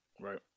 right